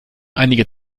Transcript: einige